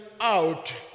out